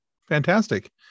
Fantastic